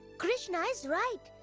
krishna is right.